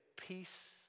peace